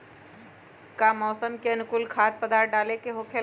का मौसम के अनुकूल खाद्य पदार्थ डाले के होखेला?